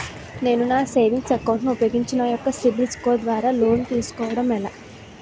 నేను నా savings account ను ఉపయోగించి నా యెక్క సిబిల్ స్కోర్ ద్వారా లోన్తీ సుకోవడం ఎలా?